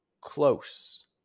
close